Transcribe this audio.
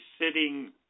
sitting